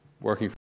Working